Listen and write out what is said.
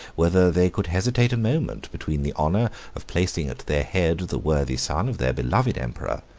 whether they could hesitate a moment between the honor of placing at their head the worthy son of their beloved emperor,